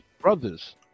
Brothers